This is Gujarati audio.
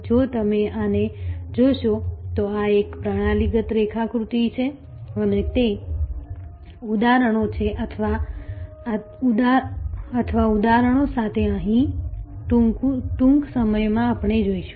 જો તમે આને જોશો તો આ એક પ્રણાલીગત રેખાકૃતિ છે અને તે ઉદાહરણો છે અથવા ઉદાહરણો સાથે અહીં ટૂંક સમયમાં આપણે જોઈશું